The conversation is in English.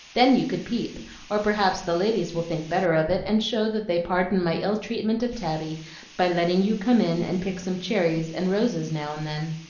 then you could peep or perhaps the ladies will think better of it, and show that they pardon my ill treatment of tabby by letting you come in and pick some cherries and roses now and then.